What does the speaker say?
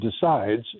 decides